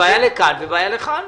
הן בעיה לכאן, ובעיה לכאן.